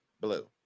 Blue